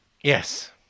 Yes